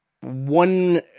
one